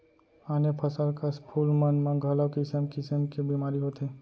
आने फसल कस फूल मन म घलौ किसम किसम के बेमारी होथे